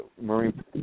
Marine